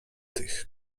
tych